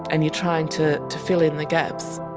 and you're trying to to fill in the gaps